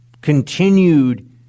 continued